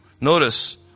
Notice